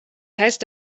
heißt